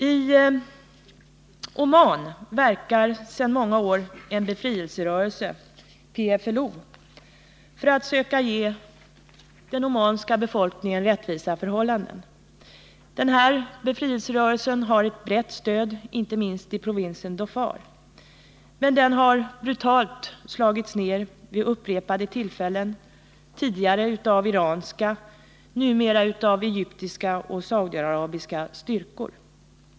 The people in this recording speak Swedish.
I Oman verkar sedan många år en befrielserörelse, PFLO, för att söka ge den omanska befolkningen rättvisa förhållanden. Denna befrielserörelse, som har ett brett stöd inte minst i provinsen Dofar, har vid upprepade tillfällen brutalt slagits ner av iranska — numera egyptiska och saudiarabiska — styrkor.